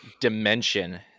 dimension